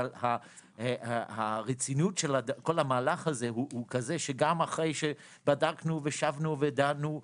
אבל הרצינות של כל המהלך הזה היא כזאת שגם אחרי שבדקנו ושבנו ודנו,